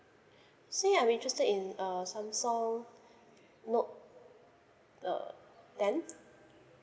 see I'm interested in uh samsung note uh ten